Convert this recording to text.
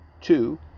Two